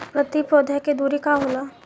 प्रति पौधे के दूरी का होला?